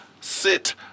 sit